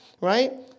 Right